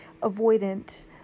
avoidant